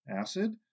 Acid